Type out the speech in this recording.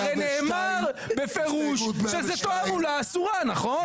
הרי נאמר בפירוש שזו תעמולה אסורה, נכון?